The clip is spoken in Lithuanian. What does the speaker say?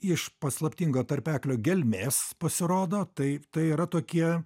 iš paslaptingo tarpeklio gelmės pasirodo tai tai yra tokie